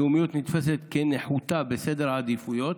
לאומיות נתפסת כנחותה בסדר העדיפויות,